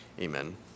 Amen